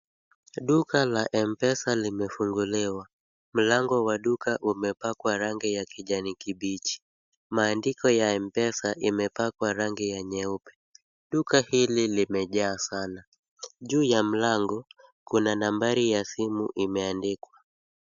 Duka la Mpesa limefunguliwa. Mlango wa duka umepakwa rangi ya kijani kibichi. Maandiko ya Mpesa imepakwa rangi ya nyeupe. Duka hili limejaa sana. Juu ya mlango, kuna nambari ya simu imeandikwa.